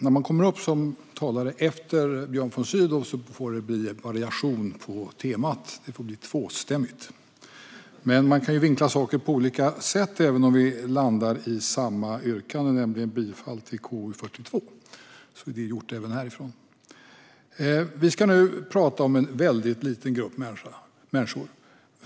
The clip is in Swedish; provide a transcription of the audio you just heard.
Fru talman! Som talare efter Björn von Sydow får det bli en variation på temat; det får bli tvåstämmigt. Men vi kan ju vinkla saker på olika sätt även om vi landar i samma yrkande, nämligen bifall till förslaget till beslut i betänkande KU42.